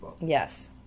Yes